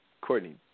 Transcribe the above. Courtney